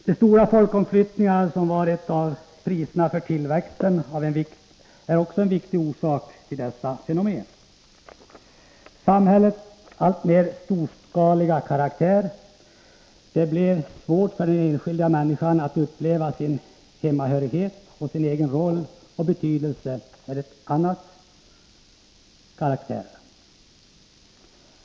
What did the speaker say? De stora folkomflyttningar som var ett av priserna för tillväxten är också en viktig orsak till dessa fenomen. Samhällets alltmer storskaliga karaktär, där det är svårt för den enskilda människan att uppleva sin hemhörighet och sin egen roll och betydelse, är en annan orsak.